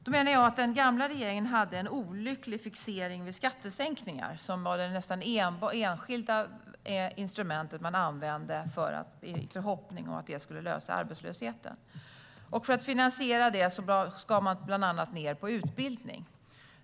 Jag menar att den gamla regeringen hade en olycklig fixering vid skattesänkningar. Det var nästan det enda instrument man använde i förhoppningen att det skulle lösa arbetslösheten. För att finansiera det skar man ned på bland annat utbildning.